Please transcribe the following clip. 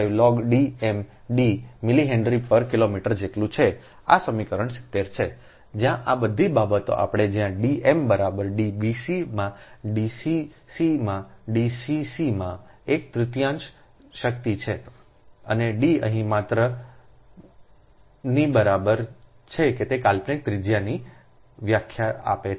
4605 log D m D millihenry પર kilometre જેટલું છે આ સમીકરણ 70 છે જ્યાં આ બધી બાબતો આપણે જ્યાં D m બરાબર D બીસી માં D સી સી માં D સી સી માં એક તૃતીયાંશ શક્તિ છે અને D અહીં માત્ર ર ની બરાબર છે તે કાલ્પનિક ત્રિજ્યાની વ્યાખ્યા આપી છે